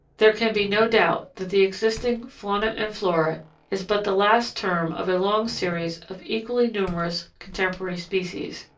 there can be no doubt that the existing fauna and flora is but the last term of a long series of equally numerous contemporary species,